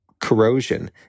corrosion